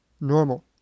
normal